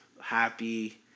happy